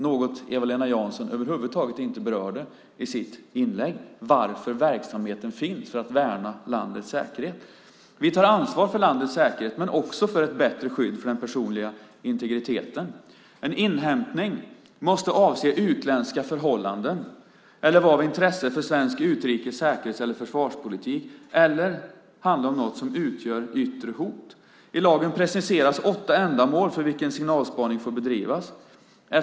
Att verksamheten finns för att värna landets säkerhet är något som Eva-Lena Jansson över huvud taget inte berörde i sitt inlägg. Vi tar ansvar för landets säkerhet men också för ett bättre skydd för den personliga integriteten. En inhämtning måste avse utländska förhållanden eller vara av intresse för svensk utrikes-, säkerhets eller försvarspolitik eller handla om något som utgör ett yttre hot. I lagen preciseras åtta ändamål för vilka signalspaning får bedrivas.